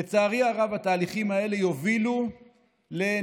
לצערי הרב, התהליכים האלה יובילו לנסיגה